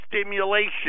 stimulation